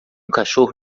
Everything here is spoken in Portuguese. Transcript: cachorro